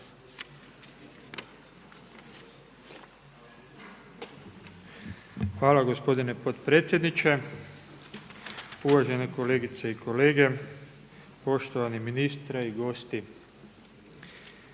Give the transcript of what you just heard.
Hvala gospodine potpredsjedniče, uvažene kolegice i kolege, poštovani ministre i gosti.